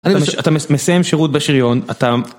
אתה מסיים שירות בשריון, אתה...